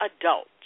adults